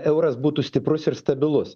euras būtų stiprus ir stabilus